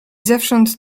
zewsząd